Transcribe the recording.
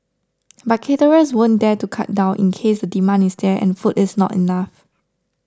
but caterers wouldn't dare to cut down in case the demand is there and food is not enough